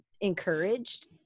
encouraged